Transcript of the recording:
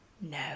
No